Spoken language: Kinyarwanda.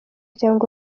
cyangwa